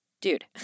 dude